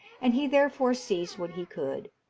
and he therefore seized what he could.